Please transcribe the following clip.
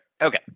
Okay